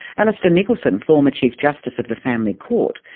alistair nicholson, former chief justice of the family court,